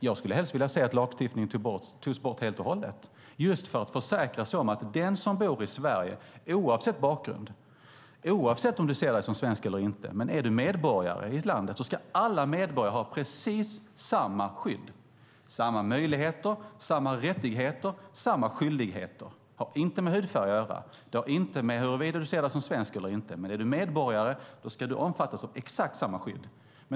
Jag skulle helst vilja se att lagstiftningen togs bort helt och hållet just för att vi ska kunna försäkra oss om att den som bor i Sverige och är medborgare i landet - oavsett bakgrund, oavsett om man ser sig som svensk eller inte - ska ha precis samma skydd, samma möjligheter, samma rättigheter, samma skyldigheter. Det gäller alla medborgare. Det har inte med hudfärg att göra. Det har inte med huruvida du ser dig som svensk eller inte att göra. Om du är medborgare ska du omfattas av exakt samma skydd.